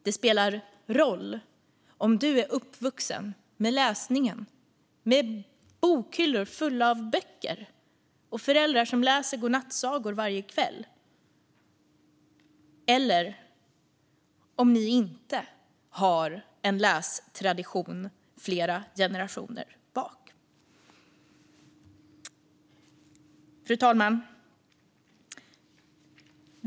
Det spelar roll om du är uppvuxen med läsning, med bokhyllor fulla av böcker och föräldrar som läser godnattsagor varje kväll eller om ni inte har en lästradition flera generationer tillbaka. Fru talman!